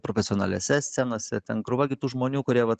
profesionaliose scenose ten krūva kitų žmonių kurie vat